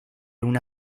una